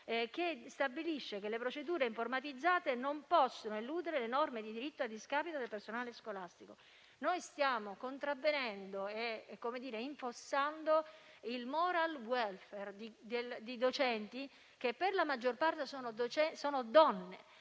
che stabilisce che «le procedure informatizzate non possono eludere le norme di diritto a discapito del personale scolastico». Stiamo contravvenendo e infossando il *moral welfare* di docenti che per la maggior parte sono donne;